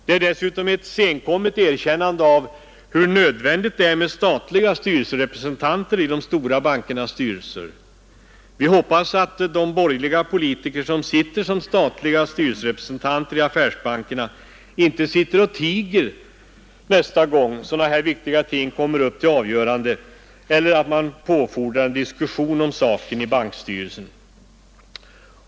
Det är dessutom ett senkommet erkännande av hur nödvändigt det är med statliga styrelserepresentanter i de stora bankernas styrelser. Vi hoppas att de borgerliga politiker som är statliga representanter i affärsbankernas styrelser inte sitter och tiger nästa gång sådana här viktiga ting kommer upp till avgörande, utan att man påfordrar en diskussion om saken i styrelsen.